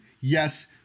Yes